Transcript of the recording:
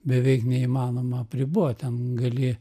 beveik neįmanoma apribot ten gali